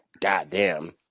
Goddamn